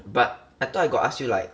but I thought I got ask you like